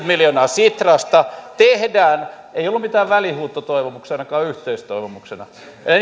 miljoonaa sitrasta ei ollut mitään välihuutotoivomuksia ainakaan yhteistoivomuksena